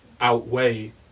outweigh